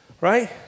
right